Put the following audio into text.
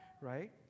right